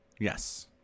Yes